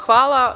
Hvala.